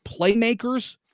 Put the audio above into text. playmakers